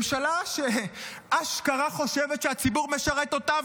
ממשלה שאשכרה חושבת שהציבור משרת אותה,